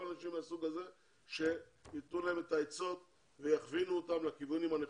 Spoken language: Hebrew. גם אנשים מהסוג הזה שייתנו להם עצות ויכווינו אותם לכיוונים הנכונים.